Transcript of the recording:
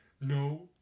no